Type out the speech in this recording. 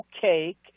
cake